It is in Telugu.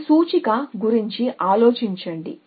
ఈ సూచిక గురించి ఆలోచించండి